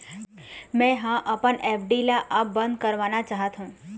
मै ह अपन एफ.डी ला अब बंद करवाना चाहथों